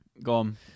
Gone